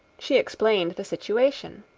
she explained the situation.